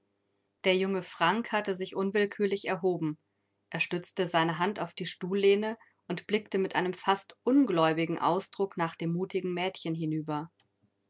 der junge frank hatte sich unwillkürlich erhoben er stützte seine hand auf die stuhllehne und blickte mit einem fast ungläubigen ausdruck nach dem mutigen mädchen hinüber